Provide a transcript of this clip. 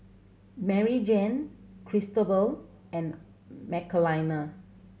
Maryjane Cristobal and Michelina